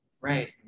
right